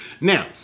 Now